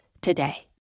today